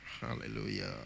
Hallelujah